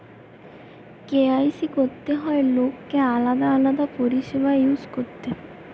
KYC করতে হয় লোককে আলাদা আলাদা পরিষেবা ইউজ করতে